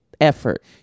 effort